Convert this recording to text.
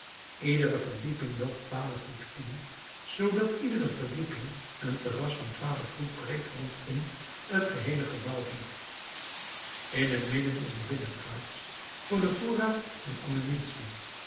iedere verdieping loopt twaalf voet in zoodat iedere verdieping een terras van twaalf voet breed rondom t geheele gebouw heeft in het midden is een binnenplaats voor den voorraad en de ammunitie